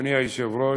אדוני היושב-ראש,